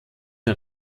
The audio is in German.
der